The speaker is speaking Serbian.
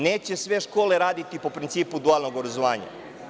Neće sve škole raditi po principu dualnog obrazovanja.